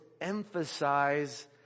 emphasize